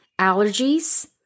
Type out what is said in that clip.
allergies